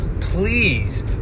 please